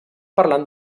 parlant